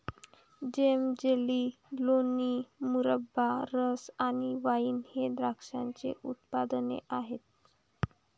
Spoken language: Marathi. जेम, जेली, लोणी, मुरब्बा, रस आणि वाइन हे द्राक्षाचे उत्पादने आहेत